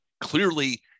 Clearly